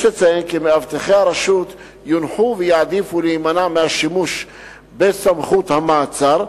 יש לציין כי מאבטחי הרשות יונחו ויעדיפו להימנע מהשימוש בסמכות המעצר,